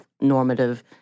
normative